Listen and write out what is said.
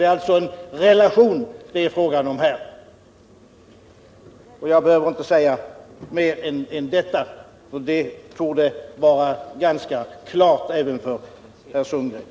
Det är alltså en relation som det här är fråga om. Jag behöver inte säga mer om detta — det torde vara ganska klart även för herr Sundgren.